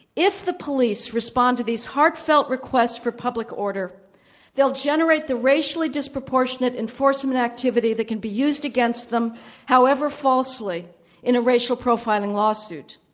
if the police respond to these heartfelt questions for public order they'll generate the racially disproportionate enforcement activity that can be used against them however falsely in a racial profiling lawsuit.